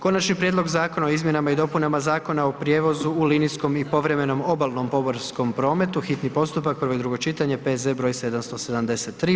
Konačni prijedlog zakona o izmjenama i dopunama Zakona o prijevozu u linijskom i povremenom obalnom pomorskom prometu, hitni postupak, prvo i drugo čitanje, P.Z. br. 773.